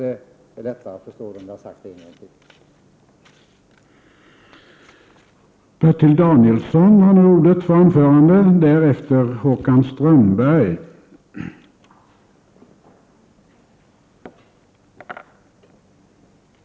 Nu när jag upprepat min inställning ännu en gång, kanske den är lättare att förstå.